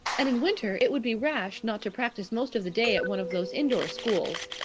and in winter it would be rash not to practise most of the day at one of those indoor schools.